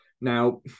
now